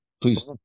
please